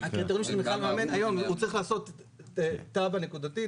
הקריטריונים של אדריכל מאמן היום הוא צריך לעשות תב"ע נקודתית,